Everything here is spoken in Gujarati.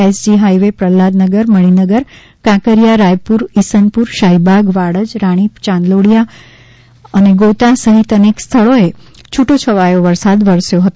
એસજી હાઇવે પ્રહલાદનગર મણિનગર કાંકરિયા રાયપૂર ઇસનપૂર શાહીબાગ વાડજ રાણીપ યાંદલોડિયા અને ગોતામાં છુટોછવાયો વરસાદ વરસ્યો હતો